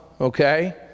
okay